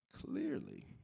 clearly